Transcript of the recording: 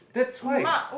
that's why